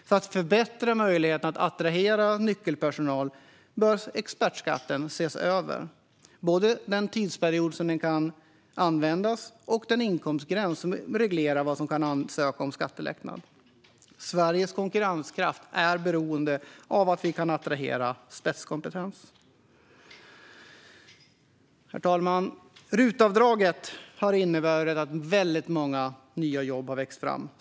För att förbättra möjligheterna att attrahera nyckelpersonal bör expertskatten ses över. Det gäller både den tidsperiod som skattelättnaden kan användas och den inkomstgräns som reglerar vilka som kan ansöka om skattelättnad. Sveriges konkurrenskraft är beroende av att vi kan attrahera spetskompetens. Herr talman! RUT-avdraget har inneburit att många nya jobb har vuxit fram.